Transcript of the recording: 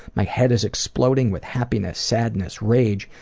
my head is exploding with happiness, sadness, rage,